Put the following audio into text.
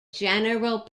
general